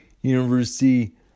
University